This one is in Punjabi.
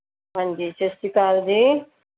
ਹਾਂਜੀ ਸਤਿ ਸ਼੍ਰੀ ਅਕਾਲ ਜੀ